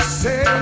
say